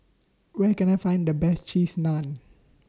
Where Can I Find The Best Cheese Naan